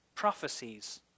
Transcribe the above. prophecies